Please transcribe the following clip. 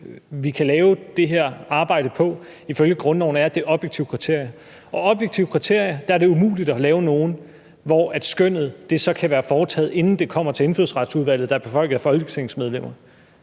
vi kan lave det her arbejde på, ifølge grundloven er, at det er ud fra objektive kriterier. Og hvad angår objektive kriterier, er det umuligt at lave nogen, hvor skønnet kan være foretaget, inden det kommer til Indfødsretsudvalget, der er befolket af folketingsmedlemmer.